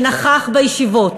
שנכח בישיבות,